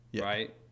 right